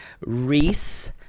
Reese